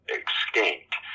extinct